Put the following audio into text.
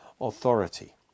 authority